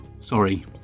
Sorry